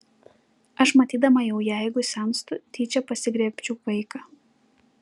aš matydama jau jeigu senstu tyčia pasigriebčiau vaiką